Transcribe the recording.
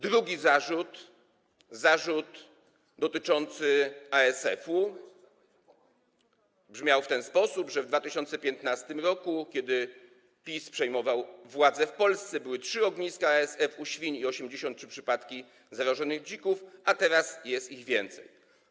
Drugi zarzut, dotyczący ASF-u, brzmiał w ten sposób, że w 2015 r., kiedy PiS przejmował władzę w Polsce, były trzy ogniska ASF-u u świń i 83 przypadki zarażonych dzików, a teraz jest ich więcej.